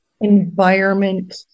environment